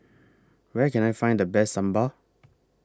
Where Can I Find The Best Sambar